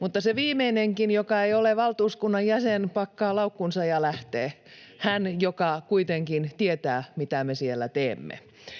mutta se viimeinenkin, joka ei ole valtuuskunnan jäsen, pakkaa laukkunsa ja lähtee — hän, joka kuitenkin tietää, mitä me siellä teemme.